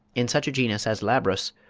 in such a genus as labrus,